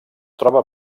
troba